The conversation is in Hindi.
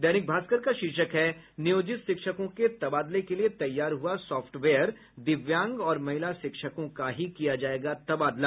दैनिक भास्कर का शीर्षक है नियोजित शिक्षकों के तबादले के लिए तैयार हुआ साफ्टवेयर दिव्यांग और महिला शिक्षकों को ही किया जायेगा तबादला